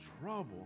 trouble